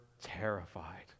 terrified